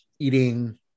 eating